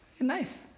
Nice